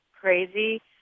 Crazy